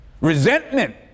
Resentment